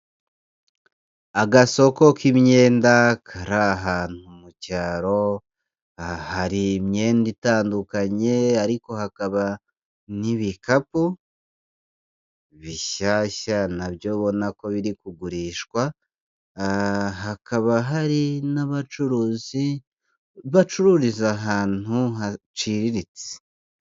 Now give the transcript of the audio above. Agasoko k'imyenda kari ahantu mu cyaro, hari imyenda itandukanye ariko hakaba n'ibikapu bishyashya na byo ubona ko biri kugurishwa, hakaba hari n'abacuruzi bacururiza ahantu haciriritse.